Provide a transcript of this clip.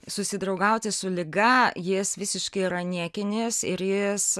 susidraugauti su liga jis visiškai yra niekinis ir jis